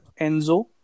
Enzo